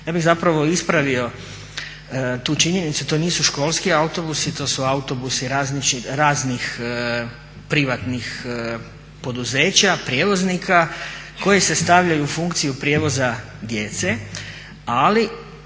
Ja bih zapravo ispravio tu činjenicu, to nisu školski autobusi, to su autobusi raznih privatnih poduzeća, prijevoznika koji se stavljaju u funkciju prijevoza djece ali